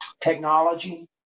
Technology